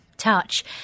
touch